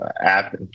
app